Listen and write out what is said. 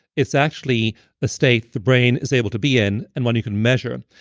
it's actually a state the brain is able to be in and one you can measure.